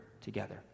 together